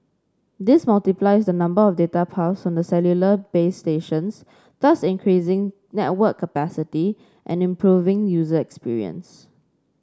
this multiplies the number of data paths from the cellular base stations thus increasing network capacity and improving user experience